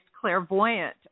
clairvoyant